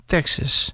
Texas